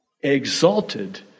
exalted